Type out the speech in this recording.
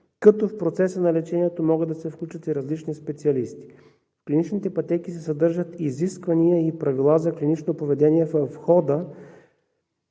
като в процеса на лечението могат да се включат и различни специалисти. В клиничните пътеки се съдържат изисквания и правила за клиничното поведение в хода